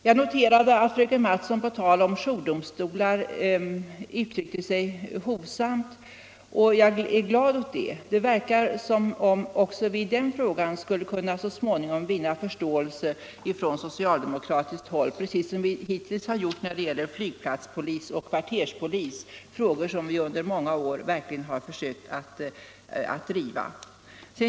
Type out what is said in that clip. Jag noterar att fröken Mattson på tal om jourdomstolar uttryckte sig hovsamt, och jag är glad åt det. Det verkar som om vi också i den frågan så småningom skulle kunna vinna förståelse från socialdemokratiskt håll, precis som vi hittills gjort när det gäller flygplatspolis och kvarterspolis, frågor som vi under många år verkligen försökt att driva.